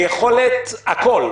והכול,